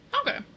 Okay